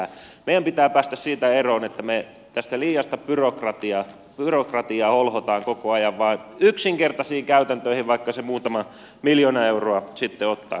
meidän pitää päästä liiasta byrokratiasta ja siitä että holhotaan koko ajan yksinkertaisiin käytäntöihin vaikka se muutaman miljoonan euroja sitten ottaakin